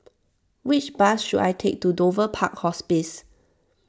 which bus should I take to Dover Park Hospice